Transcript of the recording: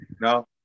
No